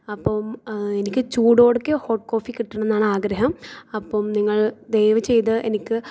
അപ്പം എനിക്ക് ചൂടോടെ ഒക്കെ ഹോട്ട് കോഫി കിട്ടണമെന്നാണ് ആഗ്രഹം അപ്പം നിങ്ങൾ ദയവ് ചെയ്ത് എനിക്ക്